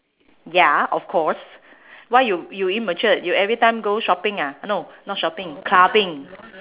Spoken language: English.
ya of course why you you immatured you every time go shopping one ah no not shopping clubbing